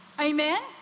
Amen